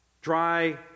dry